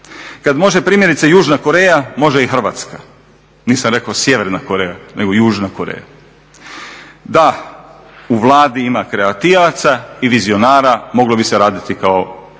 Kad može primjerice Južna Koreja, može i Hrvatska. Nisam rekao Sjeverna Koreja, nego Južna Koreja. Da u Vladi ima kreativaca i vizionara, moglo bi se raditi kao i što